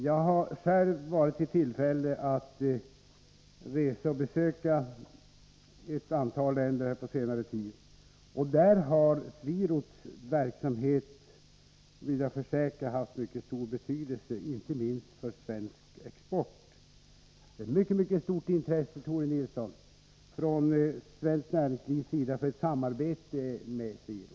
Jag har själv varit i tillfälle att på senare tid besöka ett antal länder, där SweRoads verksamhet — det vill jag försäkra — haft mycket stor betydelse, inte minst för svensk export. Det är ett mycket stort intresse, Tore Nilsson, från svenskt näringslivs sida för ett samarbete med SweRoad.